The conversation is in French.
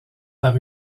par